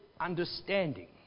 understanding